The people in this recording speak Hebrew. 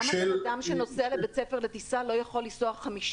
למה בן אדם שנוסע לבית ספר לטיסה לא יכול לנסוע 50